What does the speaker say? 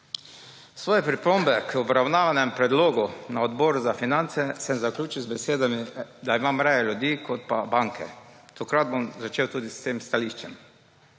Svoje pripombe k obravnavanem predlogu na Odboru za finance sem zaključil z besedami, da imam raje ljudi kot pa banke. Tokrat bom začel tudi s tem stališčem.